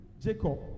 Jacob